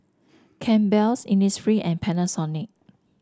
Campbell's Innisfree and Panasonic